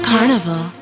Carnival